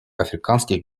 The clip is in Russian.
африканских